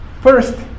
First